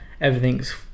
everything's